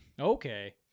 Okay